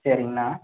சரிங்கண்ணா